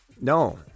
No